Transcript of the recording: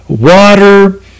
water